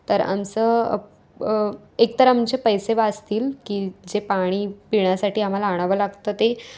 तर आमचं एकतर आमचे पैसे वाचतील की जे पाणी पिण्यासाठी आम्हाला आणावं लागतं ते